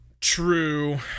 true